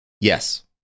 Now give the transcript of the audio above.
Yes